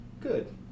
Good